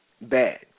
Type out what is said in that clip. bad